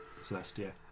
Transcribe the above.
Celestia